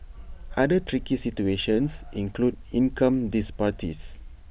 other tricky situations include income disparities